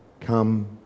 come